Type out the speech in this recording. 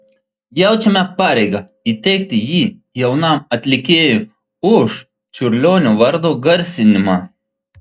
jaučiame pareigą įteikti jį jaunam atlikėjui už čiurlionio vardo garsinimą